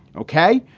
ok,